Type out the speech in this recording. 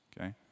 okay